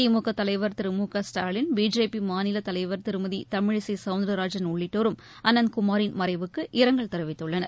திமுகதலைவர் திரு மு க ஸ்டாலின் பிஜேபிமாநிலதலைவர் திருமதிதமிழிசைசௌந்தர்ராஜன் உள்ளிட்டோரும் அனந்தகுமாரின் மறைவுக்கு இரங்கல் தெரிவித்துள்ளனர்